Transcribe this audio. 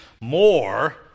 more